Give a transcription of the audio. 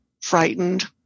frightened